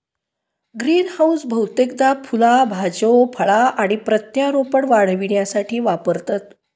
greenhouse बहुतेकदा फुला भाज्यो फळा आणि प्रत्यारोपण वाढविण्यासाठी वापरतत